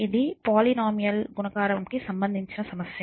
ఇది పోలీనోమియల్ గుణకారం కి సంబందించిన సమస్య